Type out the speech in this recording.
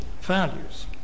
values